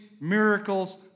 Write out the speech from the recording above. miracles